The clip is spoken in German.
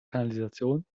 kanalisation